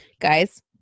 guys